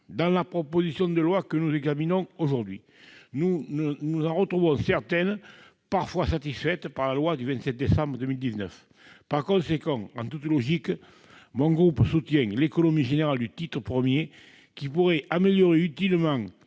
Dans la proposition de loi que nous examinons aujourd'hui, nous en retrouvons certaines, parfois satisfaites par la loi du 27 décembre 2019. Par conséquent, en toute logique, mon groupe soutient l'économie générale du titre I, qui pourrait améliorer utilement